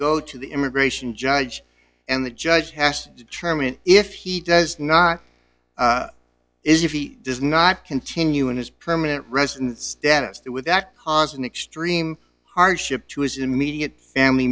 go to the immigration judge and the judge has to try him and if he does not if he does not continue in his permanent resident status that would that cause an extreme hardship to his immediate family